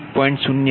05 pu